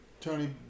Tony